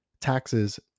Taxes